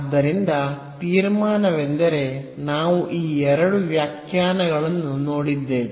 ಆದ್ದರಿಂದ ತೀರ್ಮಾನವೆಂದರೆ ನಾವು ಈ ಎರಡು ವ್ಯಾಖ್ಯಾನಗಳನ್ನು ನೋಡಿದ್ದೇವೆ